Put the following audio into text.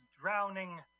drowning